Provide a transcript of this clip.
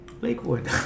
Lakewood